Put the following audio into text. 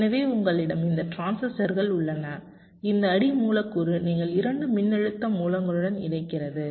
எனவே உங்களிடம் இந்த டிரான்சிஸ்டர்கள் உள்ளன இந்த அடி மூலக்கூறு நீங்கள் இரண்டு மின்னழுத்த மூலங்களுடன் இணைக்கிறது